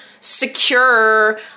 secure